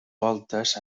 voltes